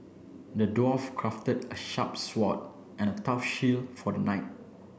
the dwarf crafted a sharp sword and a tough shield for the knight